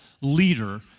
leader